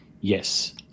yes